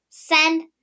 Send